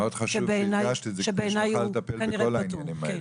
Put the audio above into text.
מאוד חשוב שהדגשת את זה שהיא צריכה לטפל בכל העניינים האלה.